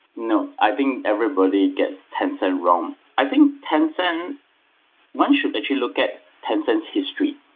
no. i think everybody gets tencent wrong. i think tencent one should actually look at tencent's history.